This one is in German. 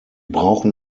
brauchen